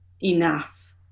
enough